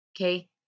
okay